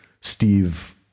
Steve